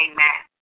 Amen